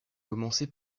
commencer